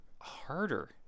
Harder